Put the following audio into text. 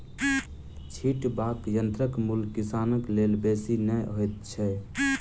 छिटबाक यंत्रक मूल्य किसानक लेल बेसी नै होइत छै